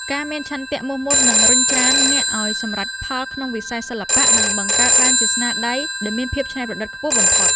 ការមានឆន្ទៈមោះមុតនឹងរុញច្រានអ្នកឱ្យសម្រេចផលក្នុងវិស័យសិល្បៈ និង បង្កើតបានជាស្នាដៃដែលមានភាពច្នៃប្រឌិតខ្ពស់បំផុត។